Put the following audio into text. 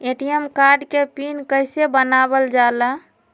ATM card के PIN कैसे बनावल जाला?